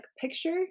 picture